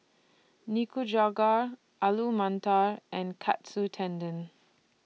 Nikujaga Alu Matar and Katsu Tendon